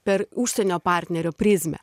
per užsienio partnerio prizmę